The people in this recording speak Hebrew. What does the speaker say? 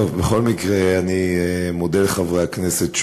טוב, בכל מקרה, אני מודה לחברי הכנסת שוב,